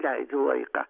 leidžiu laiką